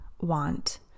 want